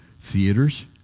theaters